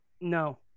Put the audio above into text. No